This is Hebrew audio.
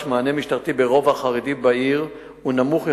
מענה משטרתי ברובע החרדי בעיר נמוך יחסית,